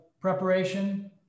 preparation